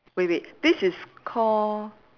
wait wait this is call